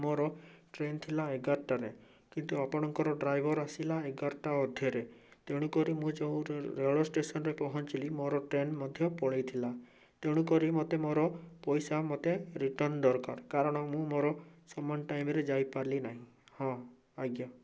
ମୋର ଟ୍ରେନ୍ ଥିଲା ଏଗାରଟା ରେ କିନ୍ତୁ ଆପଣଙ୍କ ଡ୍ରାଇଭର୍ ଆସିଲା ଏଗାରଟା ଅଧେରେ ତେଣୁକରି ମୁଁ ଯେଉଁ ରେଳ ଷ୍ଟେସନ୍ରେ ପହଁଚିଲି ମୋର ଟ୍ରେନ୍ ମଧ୍ୟ ପଳେଇଥିଲା ତେଣୁକରି ମୋତେ ମୋର ପଇସା ମୋତେ ରିଟର୍ନ ଦରକାର କାରଣ ମୁଁ ମୋର ସମାନ ଟାଇମ୍ରେ ଯାଇପାରିଲି ନାହିଁ ହଁ ଆଜ୍ଞା